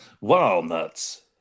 Walnuts